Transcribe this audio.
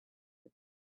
but